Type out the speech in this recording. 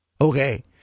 Okay